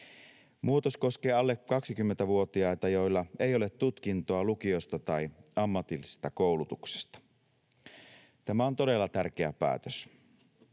Muutos koskee alle 20-vuotiaita, joilla ei ole tutkintoa lukiosta tai ammatillisesta koulutuksesta. Tämä on todella tärkeä päätös.